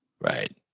right